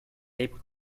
tape